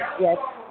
yes